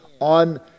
on